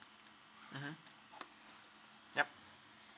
mmhmm yup